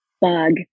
bug